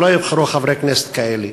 שלא יבחרו חברי כנסת כאלה,